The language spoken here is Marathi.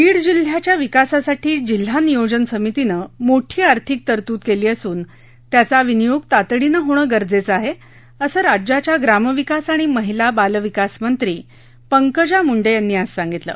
बीड जिल्ह्याच्या विकासासाठी जिल्हा नियोजन समितीनं मोठी आर्थिक तरतूद केली असून त्याचा विनियोग तातडीनं होणे गरजेचं आहे असं राज्याच्या ग्रामविकास आणि महिला व बालविकास मंत्री पंकजा मुंडे यांनी आज सांगितलं